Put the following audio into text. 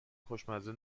خوشمزه